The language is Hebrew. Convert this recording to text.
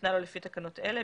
שניתנה לו לפי תקנות אלה,